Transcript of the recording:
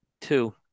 Two